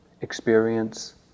experience